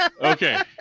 Okay